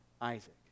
Isaac